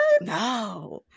No